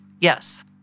yes